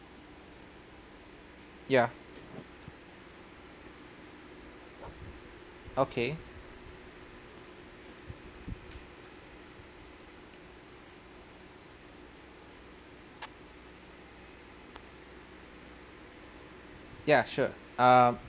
ya okay ya sure